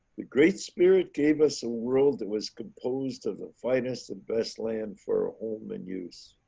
the great spirit gave us a world that was composed of the finest and best land for ah home and use